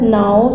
now